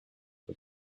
but